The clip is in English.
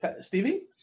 Stevie